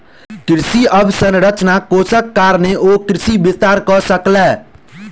कृषि अवसंरचना कोषक कारणेँ ओ कृषि विस्तार कअ सकला